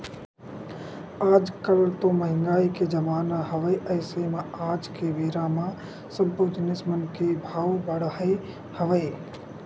आज कल तो मंहगाई के जमाना हवय अइसे म आज के बेरा म सब्बो जिनिस मन के भाव बड़हे हवय